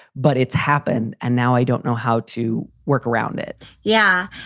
but it's happened and now i don't know how to work around it yeah,